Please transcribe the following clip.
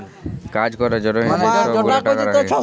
কাজ ক্যরার জ্যনহে যে ছব গুলা টাকা রাখ্যে